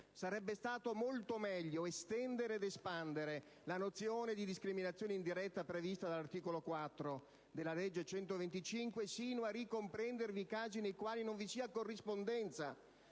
Sarebbe stato molto meglio estendere ed espandere la nozione di discriminazione indiretta prevista dall'articolo 4 della legge n. 125 del 1991 sino a ricomprendervi i casi in cui non ci sia corrispondenza